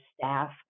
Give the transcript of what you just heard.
staff